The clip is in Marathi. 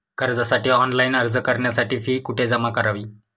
कर्जासाठी ऑनलाइन अर्ज करण्यासाठी फी कुठे जमा करावी?